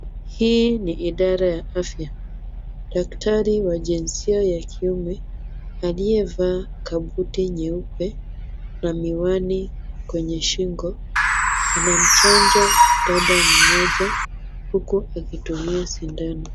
Hii ni idara ya afya. Daktari wa jinsia ya kiume aliyevaa kabuti nyeupe na miwani kwenye shingo anamchanja dada mmoja huku akitumia sindano.